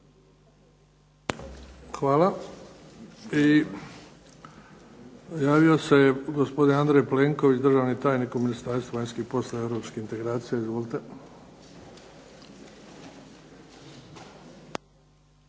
Hvala. I javio se gospodin Andrej Plenko, državni tajnik u Ministarstvu vanjskih poslova i europskih integracija. Izvolite.